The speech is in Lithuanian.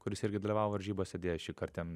kuris irgi dalyvavo varžybose deja šįkart jam